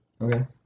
Okay